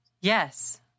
Yes